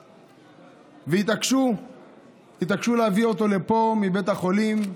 והתעקשו להביא אותו לפה מבית החולים,